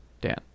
dan